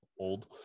old